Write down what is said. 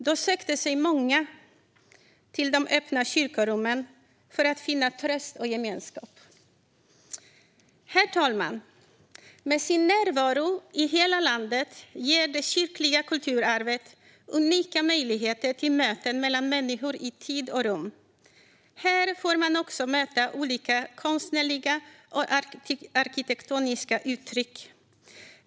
Då sökte sig många till de öppna kyrkorummen för att finna tröst och gemenskap. Herr talman! Med sin närvaro i hela landet ger det kyrkliga kulturarvet unika möjligheter till möten mellan människor i tid och rum. Här får man också möta olika konstnärliga och arkitektoniska uttryck.